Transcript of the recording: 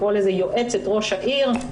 לקרוא לזה "יועצת ראש העיר",